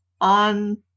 on